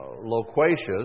loquacious